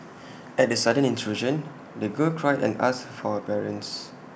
at the sudden intrusion the girl cried and asked for her parents